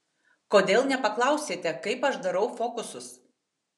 kodėl nepaklausėte kaip aš darau fokusus